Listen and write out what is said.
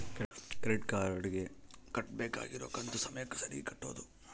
credit card ಗೆ ಕಟ್ಬಕಾಗಿರೋ ಕಂತು ಸಮಯಕ್ಕ ಸರೀಗೆ ಕಟೋದು